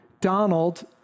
Donald